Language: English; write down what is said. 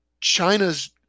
China's